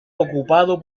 ocupado